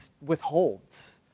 withholds